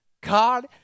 God